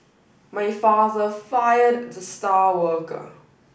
my father fired the star worker